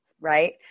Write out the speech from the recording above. right